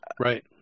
Right